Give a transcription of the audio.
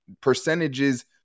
percentages